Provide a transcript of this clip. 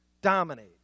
dominate